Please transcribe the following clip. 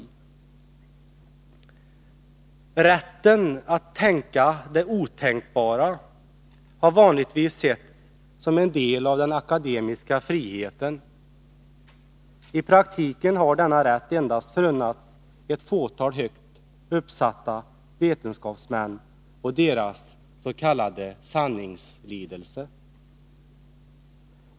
Rätten att tänka det otänkbara har vanligen setts som en del av den akademiska friheten. I praktiken har denna rätt endast förunnats ett fåtal högt uppsatta vetenskapsmän och deras s.k. sanningslidelse.